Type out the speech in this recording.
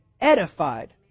edified